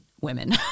women